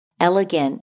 elegant